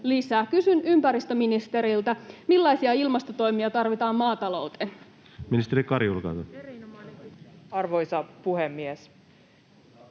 Kysyn ympäristöministeriltä: millaisia ilmastotoimia tarvitaan maatalouteen? [Petri Huru: Saako syödä punaista